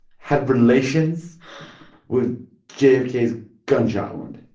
had relations with jfk's gunshot wound?